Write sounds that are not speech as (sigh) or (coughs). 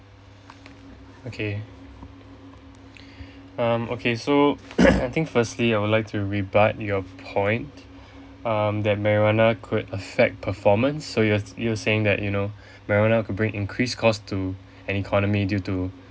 okay (breath) um okay so (coughs) I think firstly I would like to rebut your point (breath) um that marijuana could affect performance so you ar~ you saying that you know (breath) marijuana could bring increase cost to an economy due to